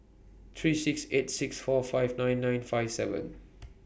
three six eight six four five nine nine five seven